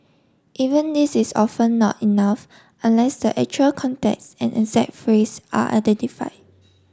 even this is often not enough unless the actual context and exact phrase are identified